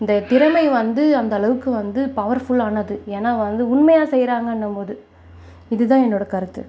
இந்த திறமை வந்து அந்தளவுக்கு வந்து பவர்ஃபுல்லானது ஏன்னா வந்து உண்மையாக செய்கிறாங்கன்னுபோது இதுதான் என்னோடய கருத்து